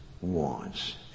wants